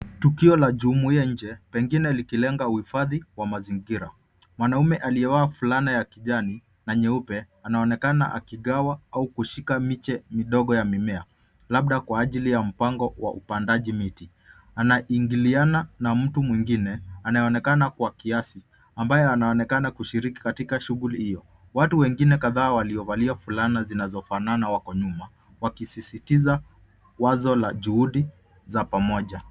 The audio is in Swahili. Tukio la jumuia ya nje pengine ya kuhifadhi mazingira. Mwanaume aliyevaa fulana ya kijani na nyeupe anaonekana akigawa au kushika miche midogo ya mimea labda kwa ajili ya mpango ya upandaji miti. Anaingiliana na mtu mwingine anayeonekana kwa kiasi ambaye anaonekana kushiriki katika shughuli hiyo. Watu wengine kadhaa waliovalia fulana zinazofanana wako nyuma wakisisitiza wazo la juhudi za pamoja.